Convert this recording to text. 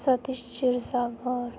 Satish Shirsagar